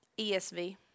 ESV